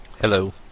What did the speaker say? Hello